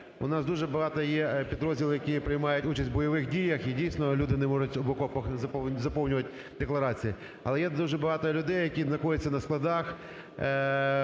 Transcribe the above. Дякую,